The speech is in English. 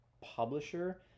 publisher